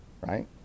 Right